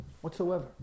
whatsoever